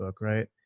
right